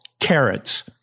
Carrots